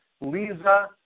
Lisa